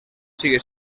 sigue